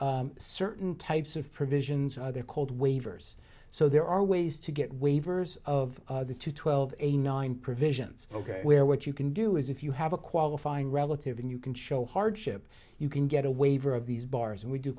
implemented certain types of provisions are there called waivers so there are ways to get waivers of the two twelve a nine provisions ok where what you can do is if you have a qualifying relative and you can show hardship you can get a waiver of these bars and we do